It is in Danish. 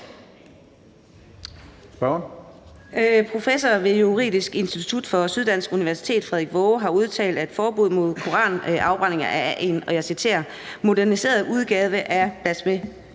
Professor ved Juridisk Institut på Syddansk Universitet Frederik Waage har udtalt, at forbuddet mod koranafbrænding er »en moderniseret udgave af